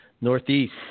Northeast